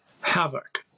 havoc